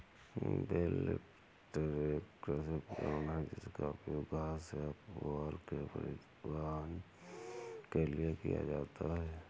bell lifter एक कृषि उपकरण है जिसका उपयोग घास या पुआल के परिवहन के लिए किया जाता है